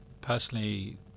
personally